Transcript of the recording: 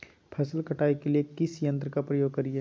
फसल कटाई के लिए किस यंत्र का प्रयोग करिये?